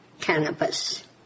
cannabis